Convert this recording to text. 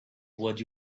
would